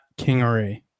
Kingery